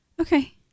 okay